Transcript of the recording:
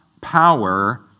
power